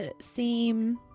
seem